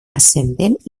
ascendent